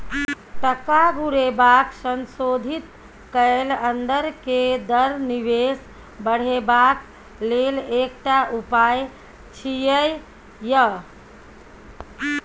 टका घुरेबाक संशोधित कैल अंदर के दर निवेश बढ़ेबाक लेल एकटा उपाय छिएय